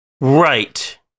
Right